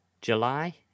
July